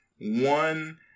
One